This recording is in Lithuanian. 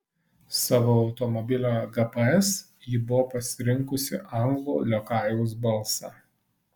savo automobilio gps ji buvo pasirinkusi anglų liokajaus balsą